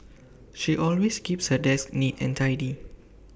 she always keeps her desk neat and tidy